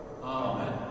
Amen